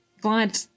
Glad